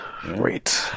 Great